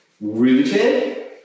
rooted